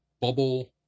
bubble